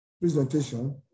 presentation